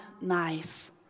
nice